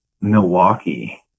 Milwaukee